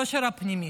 יושרה פנימית.